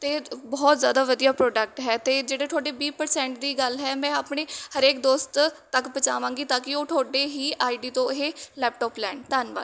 ਅਤੇ ਬਹੁਤ ਜ਼ਿਆਦਾ ਵਧੀਆ ਪ੍ਰੋਡਕਟ ਹੈ ਅਤੇ ਜਿਹੜੇ ਤੁਹਾਡੇ ਵੀਹ ਪ੍ਰਸੈਂਟ ਦੀ ਗੱਲ ਹੈ ਮੈਂ ਆਪਣੇ ਹਰੇਕ ਦੋਸਤ ਤੱਕ ਪਹੁੰਚਾਵਾਂਗੀ ਤਾਂ ਕਿ ਉਹ ਤੁਹਾਡੇ ਹੀ ਆਈਡੀ ਤੋਂ ਇਹ ਲੈਪਟਾਪ ਲੈਣ ਧੰਨਵਾਦ